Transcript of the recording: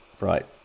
Right